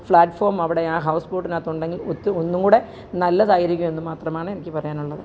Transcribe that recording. പ്ലാറ്റ് form അവിടെ ആ house ബോട്ടിനകത്ത് ഉണ്ടെങ്കില് ഒത്ത് ഒന്നുകൂടി നല്ലതായിരിക്കും എന്നു മാത്രമാണ് എനിക്ക് പറയാനുള്ളത്